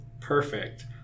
perfect